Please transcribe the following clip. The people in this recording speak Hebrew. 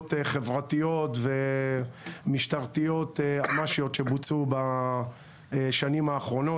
פעולות חברתיות ומשטרתיות אמ"שיות שבוצעו בשנים האחרונות.